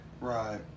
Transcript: Right